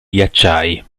ghiacciai